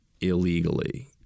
illegally